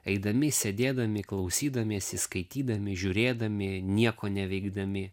eidami sėdėdami klausydamiesi skaitydami žiūrėdami nieko neveikdami